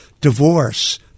Divorce